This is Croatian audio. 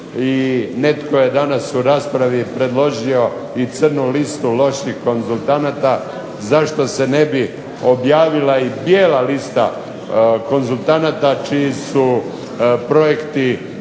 netko je danas u raspravi predložio i crnu listu loših konzultanata, zašto se ne bi objavila i bijela lista konzultanata čiji su projekti